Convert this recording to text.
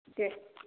दे